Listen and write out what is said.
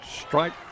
Strike